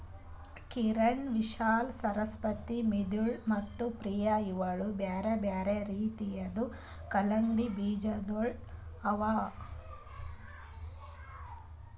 ಕಿರಣ್, ವಿಶಾಲಾ, ಸರಸ್ವತಿ, ಮಿಥಿಳಿ ಮತ್ತ ಪ್ರಿಯ ಇವು ಬ್ಯಾರೆ ಬ್ಯಾರೆ ರೀತಿದು ಕಲಂಗಡಿ ಬೀಜಗೊಳ್ ಅವಾ